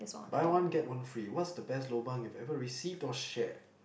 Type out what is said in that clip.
buy one get one free what's the best lobang you've ever received or share